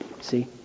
See